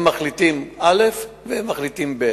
הם מחליטים א' והם מחליטים ב'.